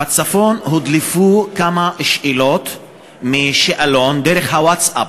בצפון הודלפו כמה שאלות משאלון דרך הווטסאפ.